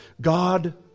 God